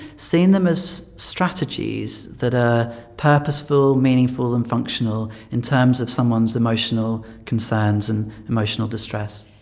seeing them as strategies that are purposeful, meaningful and functional in terms of someone's emotional concerns and emotional distress.